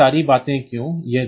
अब ये सारी बातें क्यों